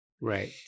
right